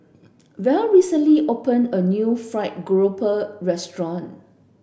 Val recently opened a new fried grouper restaurant